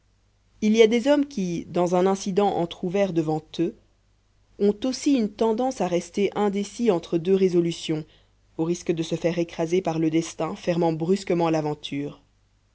il y a des hommes qui dans un incident entr'ouvert devant eux ont aussi une tendance à rester indécis entre deux résolutions au risque de se faire écraser par le destin fermant brusquement l'aventure